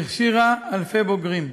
והכשירה אלפי בוגרים.